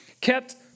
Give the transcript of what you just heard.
kept